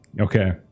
okay